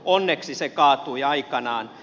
onneksi se kaatui aikanaan